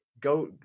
go